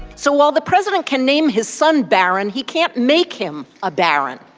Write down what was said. so while the president can name his son barron, he can't make him a baron.